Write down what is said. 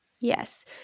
Yes